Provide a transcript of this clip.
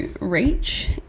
reach